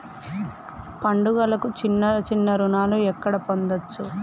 పండుగలకు చిన్న చిన్న రుణాలు ఎక్కడ పొందచ్చు?